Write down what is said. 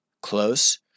close